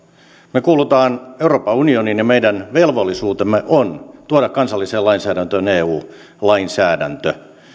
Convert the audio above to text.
me kuulumme euroopan unioniin ja meidän velvollisuutemme on tuoda kansalliseen lainsäädäntöön eu lainsäädäntö